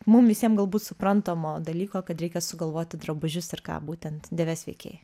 mum visiem galbūt suprantamo dalyko kad reikia sugalvoti drabužius ir ką būtent dėvės veikėjai